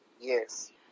Yes